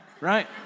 right